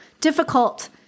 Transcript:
difficult